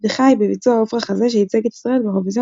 ו"חי" בביצוע עפרה חזה שייצג את ישראל באירוויזיון